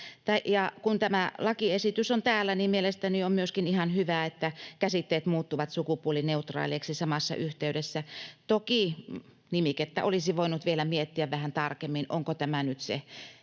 kun tämä lakiesitys on täällä, mielestäni on myöskin ihan hyvä, että käsitteet muuttuvat sukupuolineutraaleiksi samassa yhteydessä. Toki nimikettä olisi voinut vielä miettiä vähän tarkemmin, että onko tämä nyt se